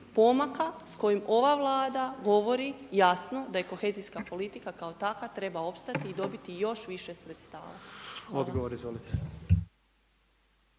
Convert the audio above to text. pomaka s kojim ova Vlada govori jasno da je kohezijska politika kao takva treba opstati i dobiti još više sredstava. **Jandroković,